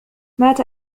مات